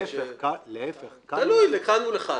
להיפך, כאן --- תלוי, לכאן או לכאן.